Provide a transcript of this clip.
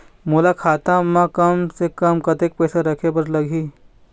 मोला खाता म कम से कम कतेक पैसा रखे बर लगही?